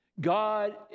God